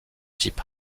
type